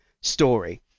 story